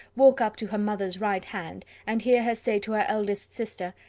walk up to her mother's right hand, and hear her say to her eldest sister,